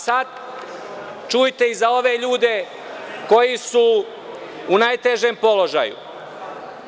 Sad, čujte i za ove ljude koji su u najtežem položaju.